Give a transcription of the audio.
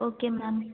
okay ma'am